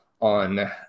on